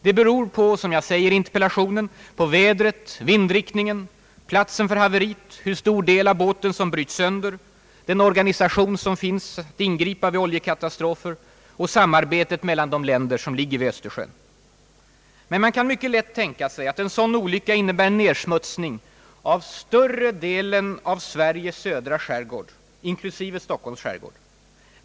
Det beror, som jag säger i interpellationen, på vädret, vindriktningen, platsen för haveriet, hur stor del av båten som bryts sönder, den organisation som finns för att ingripa vid oljekatastrofer och samarbetet mellan de länder som ligger vid Östersjön. Men man kan mycket lätt tänka sig att en sådan olycka innebär nedsmutsning av större delen av Sveriges södra skärgård inklusive Stockholms skärgård.